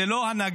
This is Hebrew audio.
זו לא הנהגה,